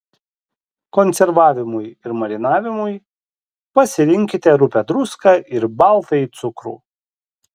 konservavimui ir marinavimui pasirinkite rupią druską ir baltąjį cukrų